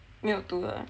没有读 ah